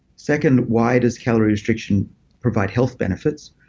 second, why does calorie restriction provide health benefits?